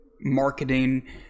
marketing